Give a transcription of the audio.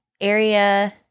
area